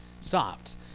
stopped